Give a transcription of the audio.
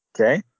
Okay